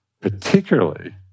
particularly